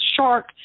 shark